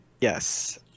Yes